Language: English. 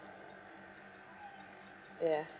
ya